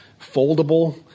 foldable